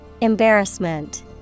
Embarrassment